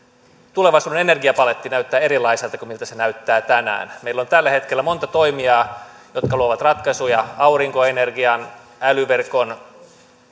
tulevaisuuden energiapaletti näyttää erilaiselta kuin miltä se näyttää tänään meillä on tällä hetkellä monta toimijaa jotka luovat ratkaisuja aurinkoenergian älyverkon